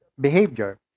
behavior